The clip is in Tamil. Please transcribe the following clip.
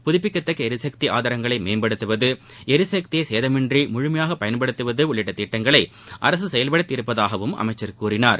புதுப்பிக்கத்தக்க ளிசக்தி ஆதாரங்களை மேம்படுத்துவது எரிசக்தியை சேதமின்றி முழுமையாக பயன்படுத்துவது உள்ளிட்ட திட்டங்களை அரசு செயல்படுத்தியுள்ளதாகவும் அமைச்ச் கூறினார்